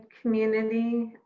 community